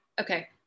Okay